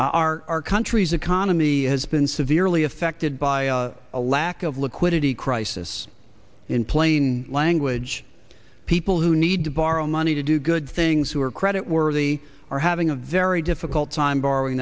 our country's economy has been severely affected by a lack of liquidity crisis in plain language people who need to borrow money to do good things who are credit worthy are having a very difficult time borrowing